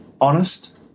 honest